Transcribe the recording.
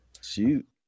Shoot